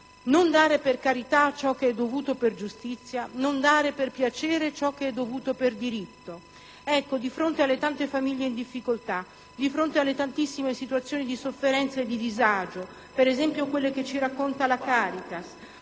«Non dare per carità ciò che è dovuto per giustizia, non dare per piacere ciò che è dovuto per diritto». Di fronte alle tante famiglie in difficoltà, di fronte alle tantissime situazioni di sofferenza e di disagio, per esempio quelle che ci racconta la Caritas,